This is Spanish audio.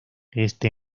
este